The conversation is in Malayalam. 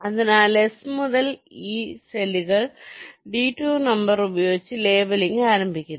അതിനാൽ എസ് മുതൽ ഈ സെല്ലുകൾ ഡിടൂർ നമ്പർ ഉപയോഗിച്ചു ലേബലിംഗ് ആരംഭിക്കുന്നു